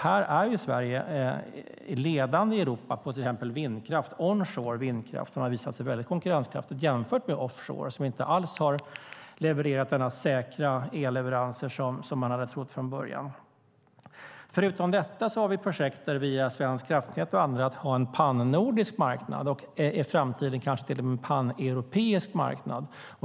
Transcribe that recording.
Här är Sverige ledande i Europa exempelvis vad gäller vindkraft - onshore vindkraft, som visat sig vara mycket konkurrenskraftigt jämfört med offshore, som inte alls har gett de säkra elleveranser som man trodde från början. Förutom detta har vi projekt där vi gett Svenska kraftnät och andra i uppdrag att ha en pannordisk marknad och i framtiden kanske till och med en paneuropeisk marknad.